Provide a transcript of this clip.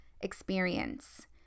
experience